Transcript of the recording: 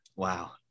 wow